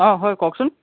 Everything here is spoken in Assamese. অঁ হয় কওকচোন